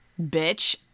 bitch